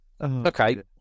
Okay